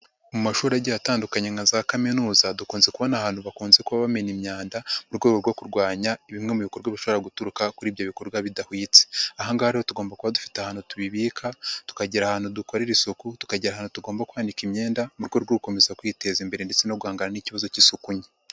Mu mashuri agiye atandukanye nka za kaminuza dukunze kubona ahantu bakunze kuba bamena imyanda mu rwego rwo kurwanya bimwe mu bikorwa bishobora guturuka kuri ibyo bikorwa bidahwitse, aha ngaha rero tugomba kuba dufite ahantu tubibika, tukagira ahantu dukorera isuku, tukagira ahantu tugomba kwanika imyenda mu rwego rwo gukomeza kwiteza imbere ndetse no guhangana n'ikibazo k'isuku nke.